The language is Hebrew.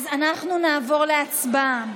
אנחנו נעבור להצבעה.